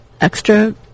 extra